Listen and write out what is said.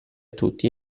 tutti